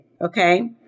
okay